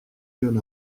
jeune